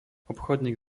obchodník